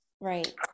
Right